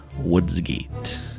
Woodsgate